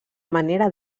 manera